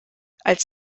als